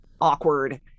awkward